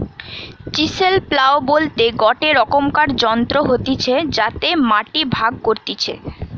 chisel plough বলতে গটে রকমকার যন্ত্র হতিছে যাতে মাটি ভাগ করতিছে